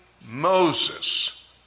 Moses